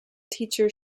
teachers